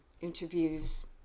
interviews